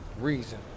reason